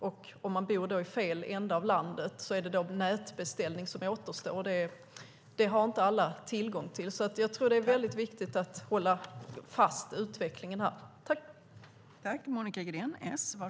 Om man bor i fel ända av landet är det nätbeställning som återstår, och det har inte alla möjlighet till. Jag tycker att det är viktigt att följa utvecklingen där.